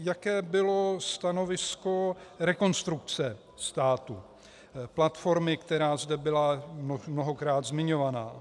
Jaké bylo stanovisko Rekonstrukce státu, platformy, která zde byla mnohokrát zmiňovaná.